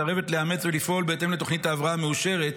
מסרבת לאמץ את תוכנית ההבראה המאושרת,